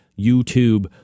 YouTube